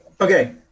okay